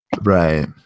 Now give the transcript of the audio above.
Right